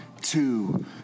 two